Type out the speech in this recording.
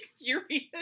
furious